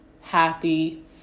happy